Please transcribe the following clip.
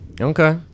Okay